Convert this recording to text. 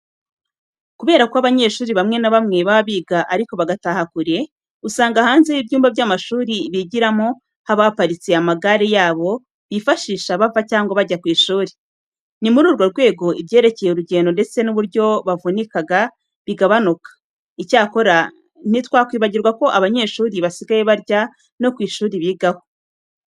Kubera ko abanyeshuri bamwe na bamwe baba biga ariko bagataha kure, usanga hanze y'ibyumba by'amashuri bigiramo haba haparitse amagare yabo bifashisha bava cyangwa bajya ku ishuri. Ni muri urwo rwego ibyerekeye urugendo ndetse n'uburyo bavunikaga, bigabanuka. Icyakora, ntitwakwibagirwa ko abanyeshuri basigaye barya no ku ishuri bigaho.